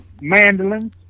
Mandolin